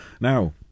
Now